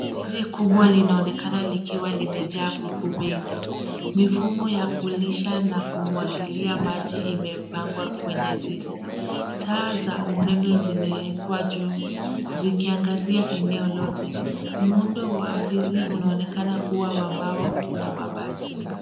Zizi kubwa linaonekana likiwa limejaa kuku wengi. Mifumo ya kulisha na kumwagilia maji impangwa kwenye zizi. Taa za umeme zimewekwa juu, zikiangazia eneo lote. Muundo wa zizi unaonekana kuwa wa mbao na mabati.